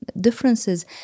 differences